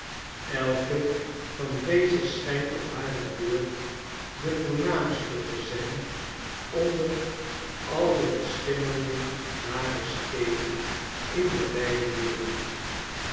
elke van deze schijntop harebeurt de voornaamste te zijn onder al de beschimmelde nare steden in de wijde wereld